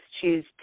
choose